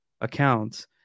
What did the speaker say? accounts